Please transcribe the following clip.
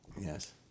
Yes